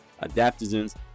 adaptogens